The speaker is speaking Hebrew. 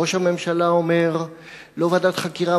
ראש הממשלה אומר: לא ועדת חקירה,